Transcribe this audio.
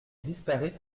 disparaît